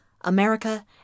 America